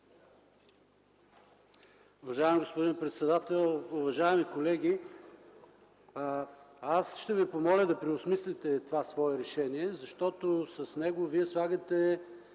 Уважаеми господин председател, уважаеми колеги! Ще Ви помоля да преосмислите това свое решение, защото с него слагате